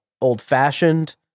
old-fashioned